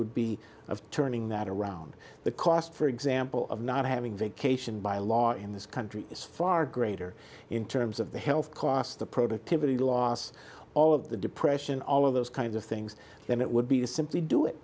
would be of turning that around the cost for example of not having vacation by law in this country is far greater in terms of the health costs the productivity loss all of the depression all of those kinds of things that it would be to simply do it